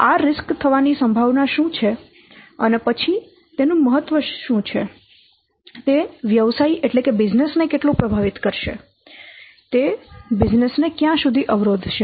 આ જોખમ થવાની સંભાવના શું છે અને પછી તે જોખમ નું શું મહત્વ છે તે વ્યવસાય ને કેટલો પ્રભાવિત કરશે તે વ્યવસાયને ક્યાં સુધી અવરોધશે